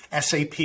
SAP